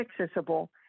accessible